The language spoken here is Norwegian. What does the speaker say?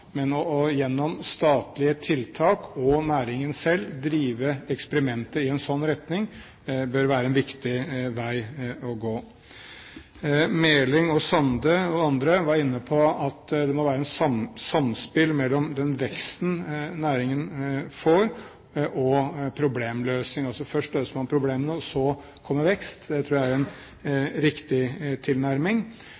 men gjennom statlige tiltak, og at næringen selv driver eksperimenter i en slik retning, bør være en viktig vei å gå. Meling, Sande og andre var inne på at det må være samspill mellom den veksten næringen får, og problemløsning. Altså først løser man problemene, og så kommer vekst. Det tror jeg er en